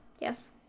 yes